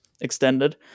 extended